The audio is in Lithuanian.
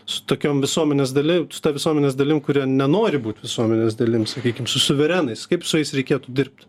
su tokiom visuomenės dali su ta visuomenės dalim kuri nenori būt visuomenės dalim sakykim su suverenais kaip su jais reikėtų dirbti